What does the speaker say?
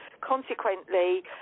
consequently